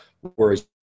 whereas